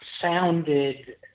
sounded